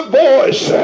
voice